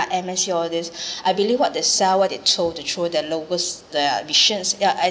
M_N_C all this I believe what they sell what they told to through their lowest their ambitions yeah I